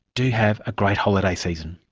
do have a great holiday season